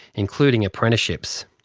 including apprenticeships.